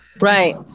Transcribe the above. right